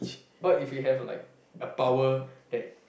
what if you have like a power that